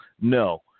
No